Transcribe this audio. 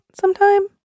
sometime